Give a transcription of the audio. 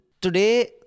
Today